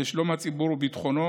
שלום הציבור וביטחונו,